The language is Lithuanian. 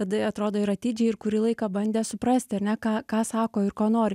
tada jie atrodo ir atidžiai ir kurį laiką bandė suprasti ar ne ką ką sako ir ko nori